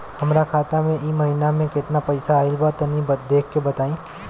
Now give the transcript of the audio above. हमरा खाता मे इ महीना मे केतना पईसा आइल ब तनि देखऽ क बताईं?